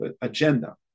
agenda